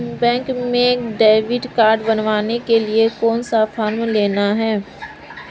Bank में debit card बनवाने के लिए कौन सा फॉर्म लेना है?